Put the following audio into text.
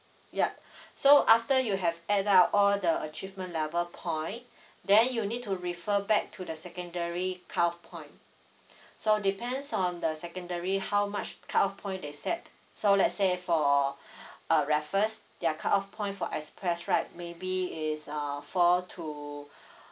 yup so after you have add up all the achievement level point then you need to refer back to the secondary cut off point so depends on the secondary how much cut off point they set so let's say for uh raffles their cut off point for express right maybe is uh four to